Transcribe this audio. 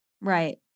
Right